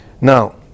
now